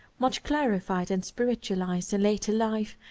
much clarified and spiritualized in later life,